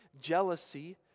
Jealousy